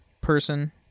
person